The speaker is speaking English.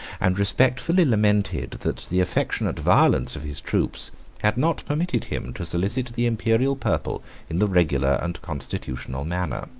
and respectfully lamented, that the affectionate violence of his troops had not permitted him to solicit the imperial purple in the regular and constitutional manner.